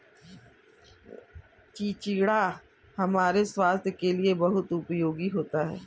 चिचिण्डा हमारे स्वास्थ के लिए बहुत उपयोगी होता है